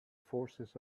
forces